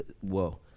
Whoa